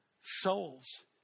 souls